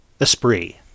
Esprit